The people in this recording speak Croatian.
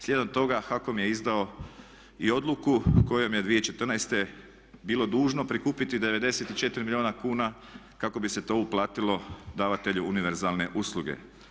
Slijedom toga HAKOM je izdao i odluku kojom je 2014. bilo dužno prikupiti 94 milijuna kuna kako bi se to uplatilo davatelju univerzalne usluge.